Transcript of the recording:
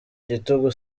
igitugu